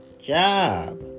job